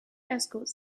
escorts